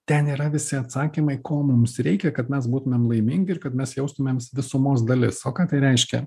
ten yra visi atsakymai ko mums reikia kad mes būtumėm laimingi ir kad mes jaustumėms visumos dalis o ką tai reiškia